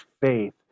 faith